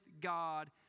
God